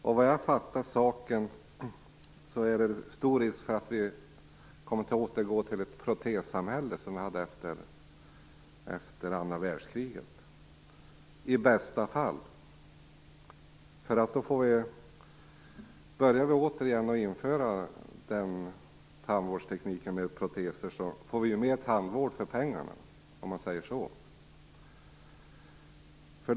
Om jag har fattat saken rätt är det stor risk att vi kommer att återgå till ett protessamhälle, som vi hade efter andra världskriget. I bästa fall, får man väl säga. Om man åter börja införa tandvårdsteknik med proteser, får man nämligen mer tandvård för pengarna - om man säger så.